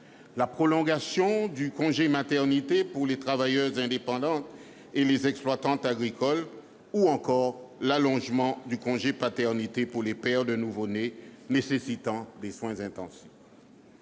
la prolongation du congé maternité pour les travailleuses indépendantes et les exploitantes agricoles, ou encore l'allongement du congé paternité pour les pères de nouveau-nés nécessitant des soins intensifs.